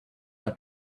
are